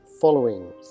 following